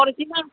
original